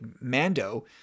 Mando